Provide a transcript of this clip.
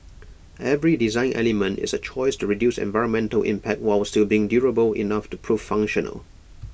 every design element is A choice to reduce environmental impact while still being durable enough to prove functional